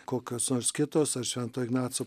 kokios nors kitos aš švento ignaco